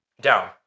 Down